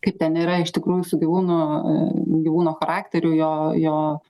kaip ten yra iš tikrųjų su gyvūnu gyvūno charakteriu jo jo